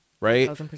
right